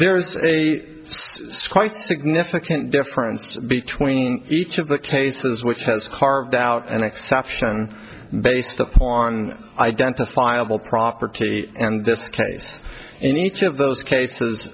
there's a significant difference between each of the cases which has carved out an exception based upon identifiable property and this case in each of those cases